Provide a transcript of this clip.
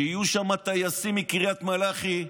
שיהיו שם טייסים מקריית מלאכי,